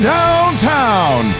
Downtown